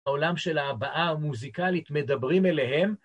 העולם של ההבעה המוזיקלית, מדברים אליהם.